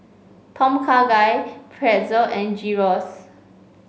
Tom Kha Gai Pretzel and Gyros